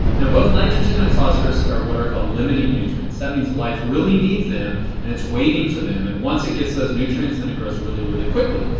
now both nitrogen and phosphorus are what are called limiting nutrients. that means life really needs them and is waiting for them. and once it gets those nutrients then it grows really really quickly.